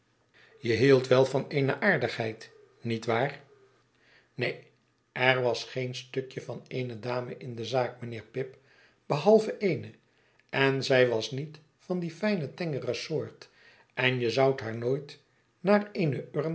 van eene aardigheid niet waar neen er was geen stukje van eene dame in de zaak mijnheer pip behalve eene en zij was niet van die fijne tengere soort en je zoudt haar nooit naar eene